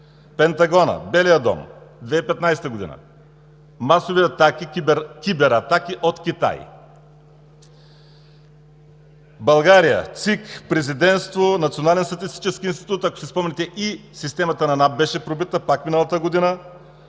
Пентагонът, Белият дом – 2015 г.; масови кибератаки от Китай; България – ЦИК, Президентство, Национален статистически институт, ако си спомняте, и системата на НАП беше пробита пак миналата година